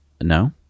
No